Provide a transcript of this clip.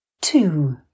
Two